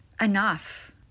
enough